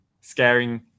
scaring